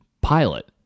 pilot